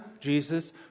Jesus